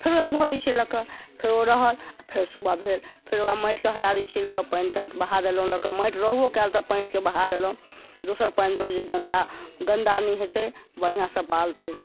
फेर ओइमे धऽ दै छियै लए कऽ फेर ओ रहल फेर सुबह भेल फेर ओकरा माटिके हटा दै छियै लए कऽ पानिके बहा देलहुँ लए कऽ माटि रहबो कयल तऽ पानिके बहा देलहुँ दोसर पानि देलहुँ जे गन्दा गन्दा नहि हेतै बढ़िआँसँ पालतै